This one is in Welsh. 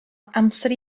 amser